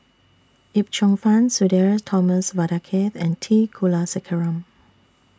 Yip Cheong Fun Sudhir Thomas Vadaketh and T Kulasekaram